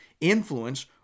influence